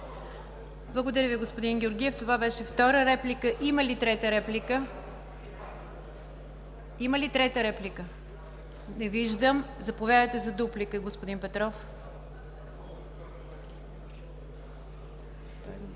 Благодаря Ви, господин Георгиев. Това беше втора реплика. Има ли трета реплика? Не виждам. Заповядайте за дуплика, господин Петров.